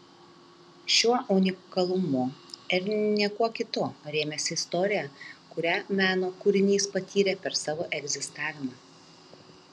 šiuo unikalumu ir ne kuo kitu rėmėsi istorija kurią meno kūrinys patyrė per savo egzistavimą